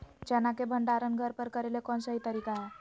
चना के भंडारण घर पर करेले कौन सही तरीका है?